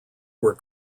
were